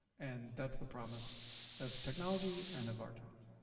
and that's the promise of technology and of our times.